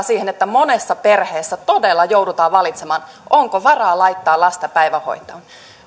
siihen että monessa perheessä todella joudutaan valitsemaan onko varaa laittaa lasta päivähoitoon